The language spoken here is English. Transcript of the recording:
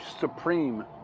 supreme